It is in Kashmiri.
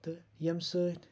تہٕ یِمہِ سۭتۍ